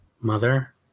Mother